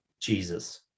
Jesus